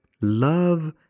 love